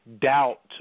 doubt